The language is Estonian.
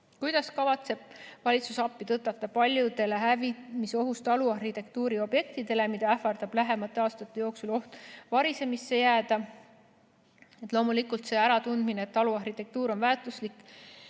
"Kuidas kavatseb valitsus appi tõtata paljudele hävimisohus taluarhitektuuri objektidele, mida ähvardab lähemate aastate jooksul oht varemeisse jääda?" Loomulikult, see äratundmine, et taluarhitektuur on väärtuslik